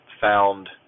found